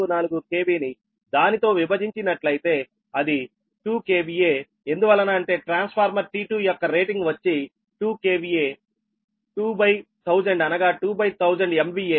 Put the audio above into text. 44 KV ని దానితో విభజించి నట్లయితే అది 2 KVA ఎందువలన అంటే ట్రాన్స్ఫార్మర్ T2 యొక్క రేటింగ్ వచ్చి 2 KVA21000అనగా 21000 MVA